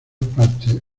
partes